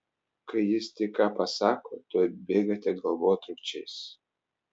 kai jis tik ką pasako tuoj bėgate galvotrūkčiais